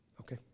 Okay